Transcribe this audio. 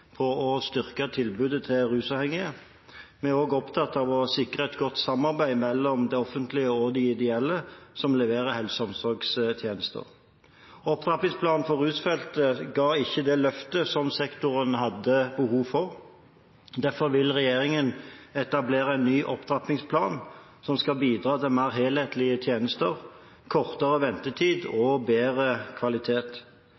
på en feilaktig måte. Denne saken opptar regjeringen. Vi har allerede satt i gang en kraftig satsing når det gjelder å styrke tilbudet til rusavhengige. Vi er også opptatt av å sikre et godt samarbeid mellom det offentlige og de ideelle som leverer helse- og omsorgstjenester. Opptrappingsplanen for rusfeltet ga ikke det løftet som sektoren hadde behov for, og derfor vil regjeringen etablere en ny opptrappingsplan